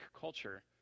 culture